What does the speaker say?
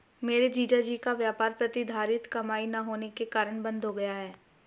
मेरे जीजा जी का व्यापार प्रतिधरित कमाई ना होने के कारण बंद हो गया